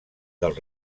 del